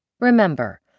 Remember